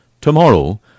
tomorrow